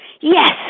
Yes